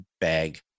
bag